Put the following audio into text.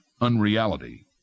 unreality